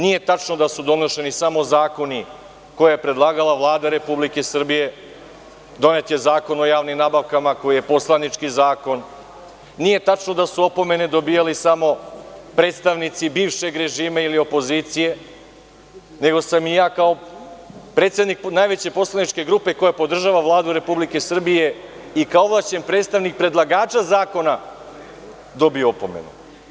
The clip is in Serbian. Nije tačno da su donošeni samo zakoni koje je predlagala Vlada Republike Srbije, donet je Zakon o javnim nabavkama, koji je poslanički zakon, nije tačno da su opomene dobijali samo predstavnici bivšeg režima ili opozicije, nego sam i ja kao predsednik najveće poslaničke grupe koja podržava Vladu Republike Srbije i kao ovlašćen predstavnik predlagača zakona dobio opomenu.